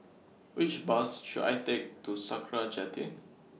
Which Bus should I Take to Sakra Jetty